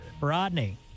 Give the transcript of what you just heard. Rodney